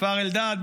כפר אלדד,